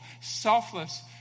selfless